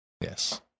Yes